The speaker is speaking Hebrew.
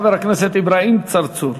חבר הכנסת אברהים צרצור.